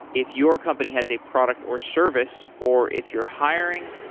if your company has a product or service or if you're hiring,